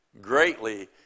greatly